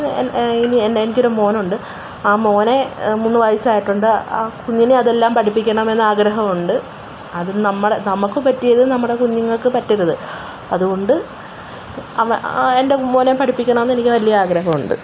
എനിക്കൊരു മോനുണ്ട് ആ മോനെ മൂന്ന് വയസ്സായിട്ടുണ്ട് കുഞ്ഞിനെ അതെല്ലാം പഠിപ്പിക്കണം എന്ന് ആഗ്രഹം ഉണ്ട് അതും നമ്മുടെ നമുക്ക് പറ്റിയത് നമ്മുടെ കുഞ്ഞുങ്ങൾക്ക് പറ്റരുത് അതുകൊണ്ട് എൻ്റെ മോനെ പഠിപ്പിക്കണം എന്ന് എനിക്ക് വലിയ ആഗ്രഹമുണ്ട്